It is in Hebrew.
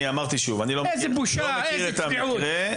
אני אמרתי שוב, אני לא מכיר את המקרה.